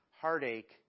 heartache